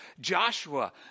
Joshua